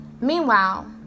meanwhile